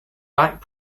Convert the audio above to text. back